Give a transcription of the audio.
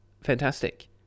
Fantastic